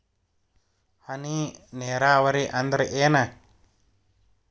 ಹನಿ ನೇರಾವರಿ ಅಂದ್ರ ಏನ್?